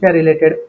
related